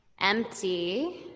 empty